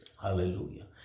Hallelujah